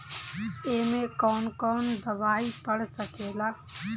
ए में कौन कौन दवाई पढ़ सके ला?